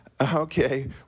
Okay